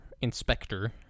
inspector